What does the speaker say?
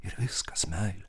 ir viskas meile